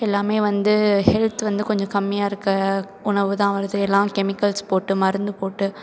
எல்லாம் வந்து ஹெல்த் வந்து கொஞ்சம் கம்மியாக இருக்க உணவு தான் வருது எல்லாம் கெமிக்கல்ஸ் போட்டு மருந்து போட்டு